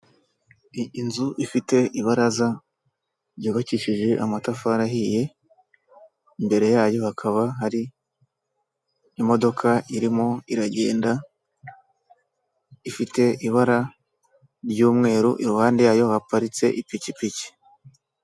Inzu ifite ibaraza ry'ubakishije amatafari ahiye, imbere yayo hakaba hari imodoka irimo iragenda, ifite ibara ry'umweru, iruhande yayo haparitse ipikipiki.